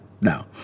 no